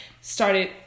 started